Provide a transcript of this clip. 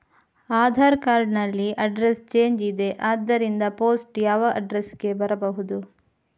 Aadhaar card ನಲ್ಲಿ address change ಇದೆ ಆದ್ದರಿಂದ ಪೋಸ್ಟ್ ಯಾವ ಅಡ್ರೆಸ್ ಗೆ ಬರಬಹುದು?